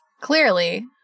clearly